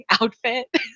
outfit